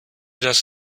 das